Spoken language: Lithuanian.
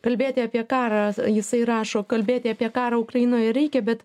kalbėti apie karą jisai rašo kalbėti apie karą ukrainoje reikia bet